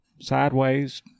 sideways